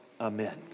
Amen